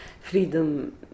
freedom